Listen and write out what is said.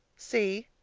c.